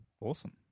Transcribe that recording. Awesome